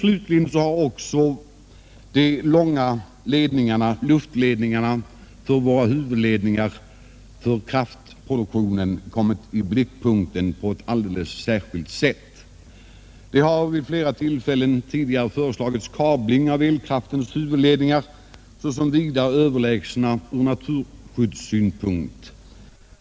Slutligen har också de långa luftledningarna för våra huvudledningar för kraftproduktionen kommit i blickpunkten på ett alldeles särskilt sätt. Det har vid flera tillfällen tidigare föreslagits kabling av elkraftens huvudledningar såsom vida överlägsen ur naturskyddssynpunkt.